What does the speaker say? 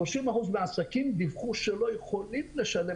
30% מהעסקים דיווחו שהם לא יכולים לשלם